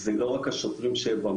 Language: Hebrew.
זה לא רק השוטרים שבמטה.